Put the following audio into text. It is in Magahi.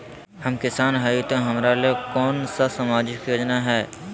हम किसान हई तो हमरा ले कोन सा सामाजिक योजना है?